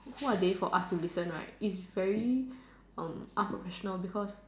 who are they for us to listen right it's very unprofessional because